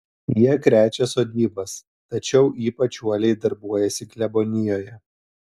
jie krečia sodybas tačiau ypač uoliai darbuojasi klebonijoje